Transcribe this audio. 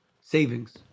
savings